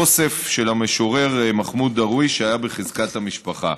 אוסף של המשורר מחמוד דרוויש שהיה בחזקת המשפחה.